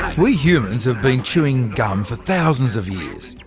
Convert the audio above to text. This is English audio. we humans have been chewing gum for thousands of years,